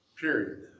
period